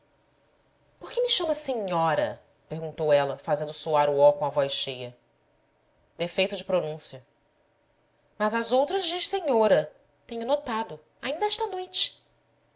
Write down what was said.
por que me chama senhóra perguntou ela fazendo soar o ó com a voz cheia defeito de pronúncia mas às outras diz senhôra tenho notado ainda esta noite